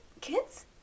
kids